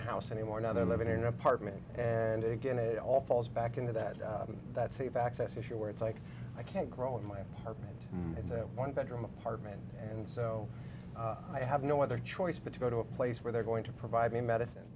a house anymore now they're living in an apartment and again it all falls back into that that's a of access issue where it's like i can't grow in my apartment it's a one bedroom apartment and so i have no other choice but to go to a place where they're going to provide me medicine